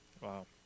Wow